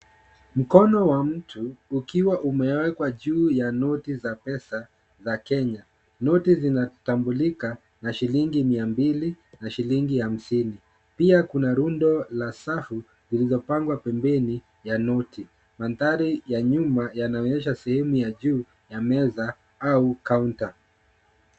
Mkono wa mtu, ukiwa umewekwa juu ya noti za pesa, za Kenya, noti zinatambulika na shilingi 200 na shilingi 50, pia kuna rundo la safu zilizopangwa pembeni ya noti, mandhari ya nyuma yanaonyesha sehemu ya juu ya meza au counter .